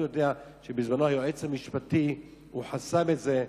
אני יודע שבזמנו היועץ המשפטי חסם את זה,